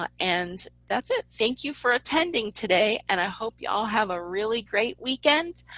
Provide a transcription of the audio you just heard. um and that's it, thank you for attending today. and i hope you all have a really great weekend,